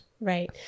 right